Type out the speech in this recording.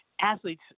Athletes